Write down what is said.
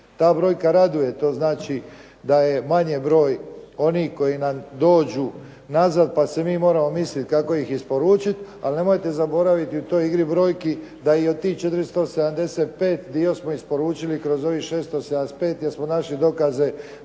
Ta brojka raduje, to znači da je manji broj onih koji nam dođu nazad pa se mi moramo mislit kako ih isporučit. Ali nemojte zaboraviti u toj igri brojki da i od tih 475 dio smo isporučili kroz ovih 675 jer smo našli dokaze